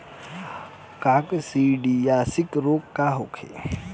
काकसिडियासित रोग का होखे?